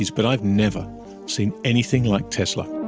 but i've never seen anything like tesla.